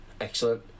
Excellent